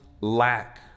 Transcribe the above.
lack